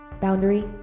Boundary